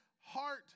heart